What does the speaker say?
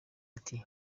ati